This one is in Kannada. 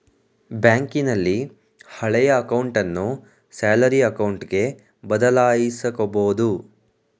ಬ್ಯಾಂಕಿನಲ್ಲಿ ಹಳೆಯ ಅಕೌಂಟನ್ನು ಸ್ಯಾಲರಿ ಅಕೌಂಟ್ಗೆ ಬದಲಾಯಿಸಕೊಬೋದು